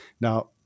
Now